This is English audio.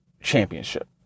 championship